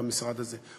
במשרד הזה.